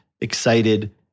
excited